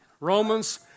Romans